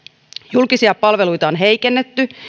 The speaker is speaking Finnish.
julkisia palveluita on heikennetty ja